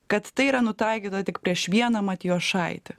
kad tai yra nutaikyta tik prieš vieną matijošaitį